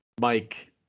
Mike